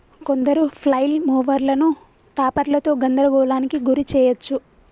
కొందరు ఫ్లైల్ మూవర్లను టాపర్లతో గందరగోళానికి గురి చేయచ్చు